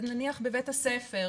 נניח בבית הספר,